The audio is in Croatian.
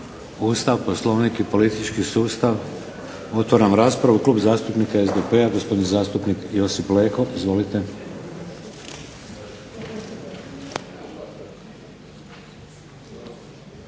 ustav, poslovnik i politički sustav? Otvaram raspravu. Klub zastupnika SDP-a gospodin zastupnik Josip Leko. Izvolite.